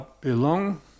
belong